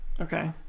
Okay